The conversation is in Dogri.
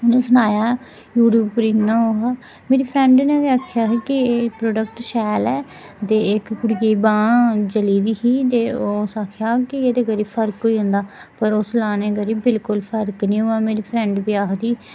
मिगी सनाएआ यूट्यूब पर इ'यां होग मेरी फ्रैंड ने गै आखेआ हा कि एह् प्रोडकट शैल ऐ ते इक कुड़ी दी बांह् जली दी ही ते उस आखेआ हा कि एह्दे करी फर्क होई जंदा पर ओह् उस लाने करी बिल्कुल फर्क निं होआ ते मेरी फ्रेंड बी आखदी